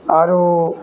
ଆରୁ